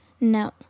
No